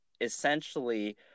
essentially